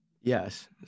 Yes